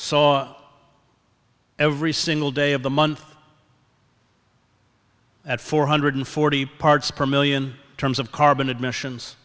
saw every single day of the month at four hundred forty parts per million terms of carbon admissions